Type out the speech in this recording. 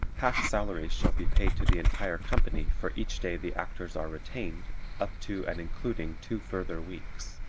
half salaries shall be paid to the entire company for each day the actors are retained up to and including two further weeks.